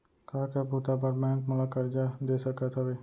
का का बुता बर बैंक मोला करजा दे सकत हवे?